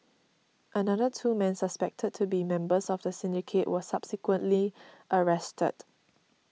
another two men suspected to be members of the syndicate were subsequently arrested